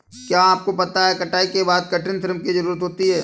क्या आपको पता है कटाई के बाद कठिन श्रम की ज़रूरत होती है?